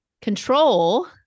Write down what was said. control